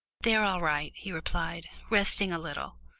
they're all right, he replied, resting a little.